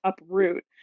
uproot